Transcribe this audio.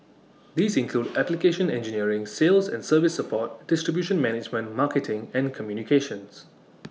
these include application engineering sales and service support distribution management marketing and communications